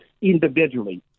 individually